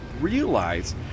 realize